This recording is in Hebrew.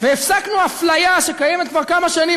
והפסקנו אפליה שקיימת כבר כמה שנים,